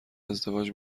ازدواج